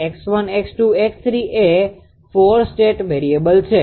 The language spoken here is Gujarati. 𝑥1̇ 𝑥2̇ 𝑥3̇ એ 4 સ્ટેટ વેરીએબલ છે